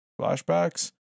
flashbacks